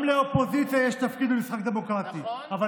גם לאופוזיציה יש תפקיד במשחק הדמוקרטי, נכון, אבל